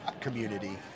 community